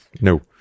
No